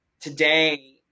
today